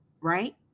right